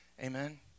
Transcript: Amen